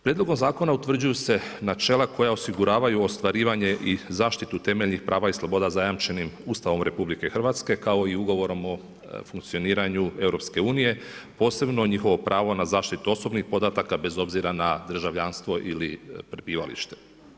Prijedlogom zakona utvrđuju se načela koja osiguravaju ostvarivanje i zaštitu temeljnih prava i sloboda zajamčenim Ustavo RH kao i ugovorom o funkcioniranju EU, posebno na njihovo pravo na zaštitu osobnih podataka bez obzira na državljanstvo ili prebivalište.